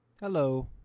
Hello